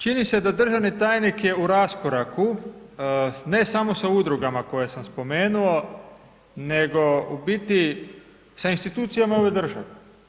Čini se da državni tajnik je u raskoraku, ne samo sa udrugama koje sam spomenuo nego u biti sa institucijama ove države.